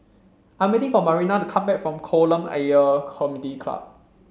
I'm waiting for Marina to come back from Kolam Ayer Community Club